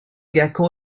gecko